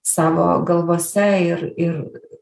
savo galvose ir ir